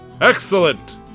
Excellent